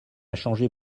changer